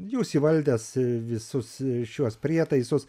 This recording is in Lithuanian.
jūs įvaldęs visus šiuos prietaisus